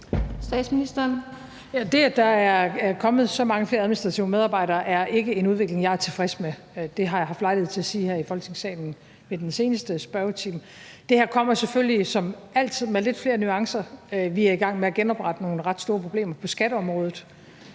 Det, at der er kommet så mange flere administrative medarbejdere, er ikke en udvikling, jeg er tilfreds med. Det har jeg haft lejlighed til at sige her i Folketingssalen ved den seneste spørgetime. Det her kommer selvfølgelig som altid med lidt flere nuancer. Vi er i gang med at genoprette nogle ret store problemer på skatteområdet